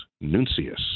Nuncius